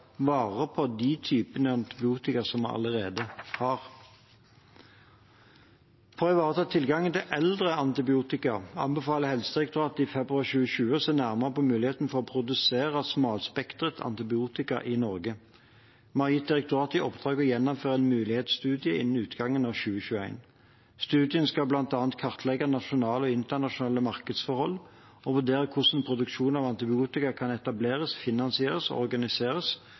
på de typene antibiotika som vi allerede har. For å ivareta tilgangen til eldre antibiotika anbefalte Helsedirektoratet i februar 2020 å se nærmere på muligheten for å produsere smalspektret antibiotika i Norge. Vi har gitt direktoratet i oppdrag å gjennomføre en mulighetsstudie innen utgangen av 2021. Studien skal bl.a. kartlegge nasjonale og internasjonale markedsforhold og vurdere hvordan produksjon av antibiotika kan etableres, finansieres og organiseres